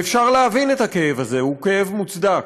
ואפשר להבין את הכאב הזה, הוא כאב מוצדק.